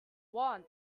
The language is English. want